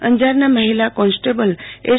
અંજારના મહિલા constable S